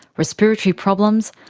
respiratory problems,